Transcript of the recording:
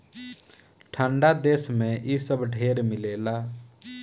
ठंडा देश मे इ सब ढेर मिलेला